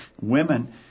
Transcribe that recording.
women